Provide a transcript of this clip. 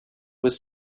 was